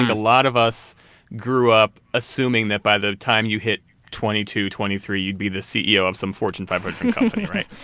a lot of us grew up assuming that by the time you hit twenty two, twenty three, you'd be the ceo of some fortune five hundred company, right?